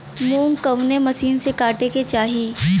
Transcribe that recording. मूंग कवने मसीन से कांटेके चाही?